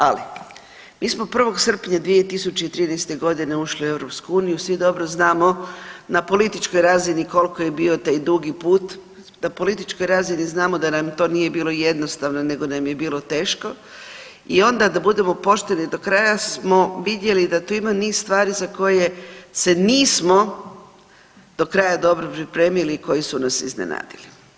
Ali, mi smo 1. srpnja 2013. godine ušli u EU svi dobro znamo na političkoj razini koliko je bio taj dugi put, na političkoj razini znamo da nam to nije bilo jednostavno nego nam je bilo teško i onda da budemo pošteni do kraja smo vidjeli da tu ima niz stvari za koje se nismo do kraja dobro pripremili i koji su nas iznenadili.